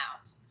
out